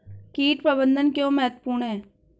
कीट प्रबंधन क्यों महत्वपूर्ण है?